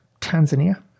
Tanzania